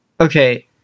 Okay